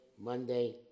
Monday